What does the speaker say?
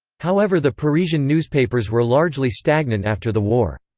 however the parisian newspapers were largely stagnant after the war.